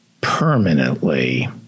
permanently